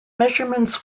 measurements